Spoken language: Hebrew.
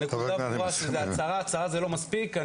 הנקודה ברורה שזה הצהרה, והצהרה זה לא מספיק.